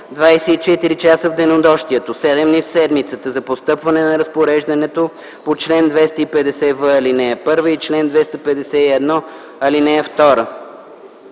24 часа в денонощието, 7 дни в седмицата за постъпване на разпореждането по чл. 250в, ал. 1 и по чл. 251, ал. 2.